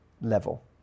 level